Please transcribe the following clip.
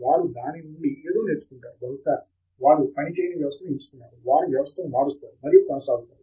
వారు దాని నుండి ఏదో నేర్చుకుంటారు బహుశా వారు పని చేయని వ్యవస్థను ఎంచుకున్నారు వారు వ్యవస్థను మారుస్తారు మరియు కొనసాగుతారు